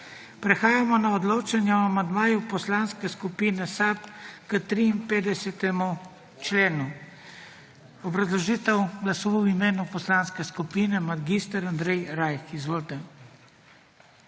Prehajamo na odločanje o amandmaju Poslanske skupine SAB k 53. členu. Obrazložitev glasu v imenu poslanske skupine, mag. Andrej Rajh. Izvolite.